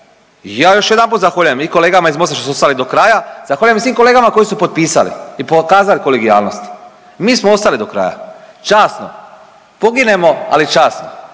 ja još jedanput zahvaljujem i kolegama iz Mosta što su ostali do kraja, zahvaljujem svim kolegama koji su potpisali i pokazali kolegijalnosti. Mi smo ostali do kraja. Časno. Poginemo, ali časno.